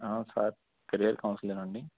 sir career council లేనా అండీ